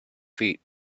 feet